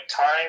time